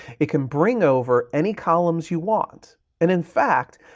it can bring over any columns you want and in fact,